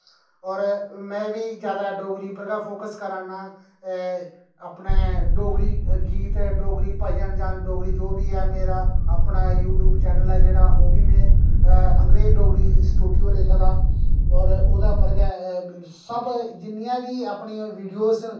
होर में बी जैदा डोगरी पर गै फोक्स करै ना अपने डोगरी गीत डोगरी भजन जां डोगरी जो बी ऐ मेरा अपना यूट्यूब चैनल ऐ ओह्बी में अंग्रेज़ डोगरी स्टुडियो लिखे दा होर ओह्दे उप्पर गै सब जिन्नियां बी अपनी वीडियो न